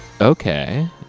Okay